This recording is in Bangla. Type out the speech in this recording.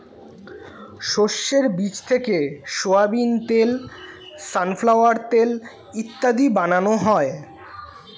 শস্যের বীজ থেকে সোয়াবিন তেল, সানফ্লাওয়ার তেল ইত্যাদি বানানো হয়